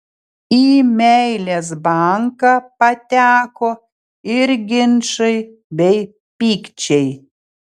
į meilės banką pateko ir ginčai bei pykčiai